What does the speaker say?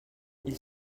ils